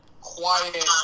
quiet